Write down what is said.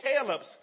Caleb's